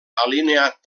alineat